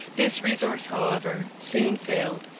this resource, however, soon failed,